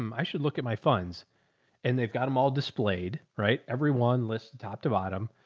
um i should look at my funds and they've got them all displayed. right. everyone listed top to bottom.